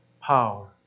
power